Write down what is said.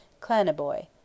Clanaboy